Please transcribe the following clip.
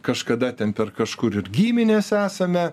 kažkada ten per kažkur ir giminės esame